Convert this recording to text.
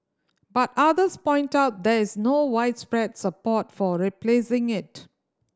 but others point out there is no widespread support for replacing it